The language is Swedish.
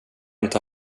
inte